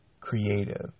creative